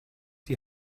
die